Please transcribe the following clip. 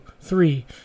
Three